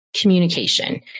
communication